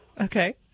okay